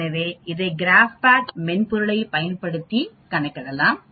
எனவே இதை grade pad மென்பொருளைப் பயன்படுத்தி கணக்கிடலாம்